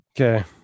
Okay